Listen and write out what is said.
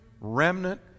remnant